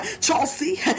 Chelsea